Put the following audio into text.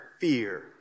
fear